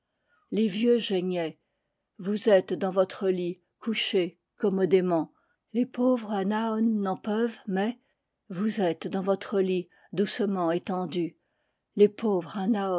les vieux geignaient vous êtes dans votre lit couchés commodément les pauvres anaôn n'en peuvent mais vous êtes dans votre lit doucement étendus les pauvres